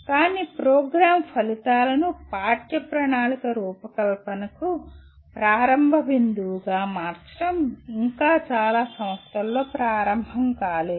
కానీ ప్రోగ్రామ్ ఫలితాలను పాఠ్య ప్రణాళిక రూపకల్పనకు ప్రారంభ బిందువుగా మార్చడం ఇంకా చాలా సంస్థలలో ప్రారంభం కాలేదు